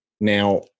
Now